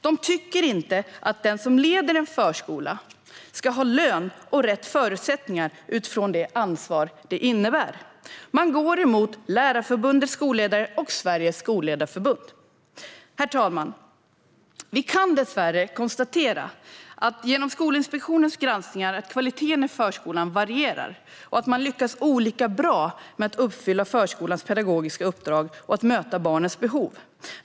De tycker inte att den som leder en förskola ska ha lön och förutsättningar utifrån det ansvar det innebär. Man går emot Lärarförbundet Skolledare och Sveriges Skolledarförbund. Herr talman! Vi kan dessvärre genom Skolinspektionens granskningar konstatera att kvaliteten i förskolan varierar och att man lyckas olika bra med att uppfylla förskolans pedagogiska uppdrag och att möta barnens behov.